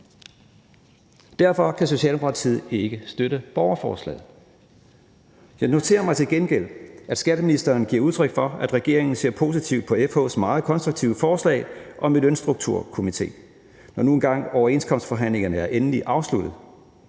Derfor kan Socialdemokratiet ikke støtte borgerforslaget. Jeg noterer mig til gengæld, at skatteministeren giver udtryk for, at regeringen ser positivt på FH's meget konstruktive forslag om en lønstrukturkomité, når nu engang overenskomstforhandlingerne er endeligt afsluttet.